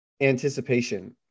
anticipation